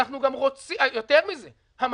יותר מזה,